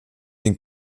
den